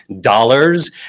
dollars